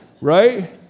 Right